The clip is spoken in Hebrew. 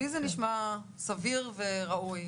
לי זה נשמע סביר וראוי,